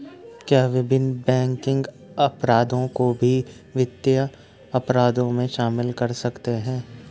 क्या विभिन्न बैंकिंग अपराधों को भी वित्तीय अपराधों में शामिल कर सकते हैं?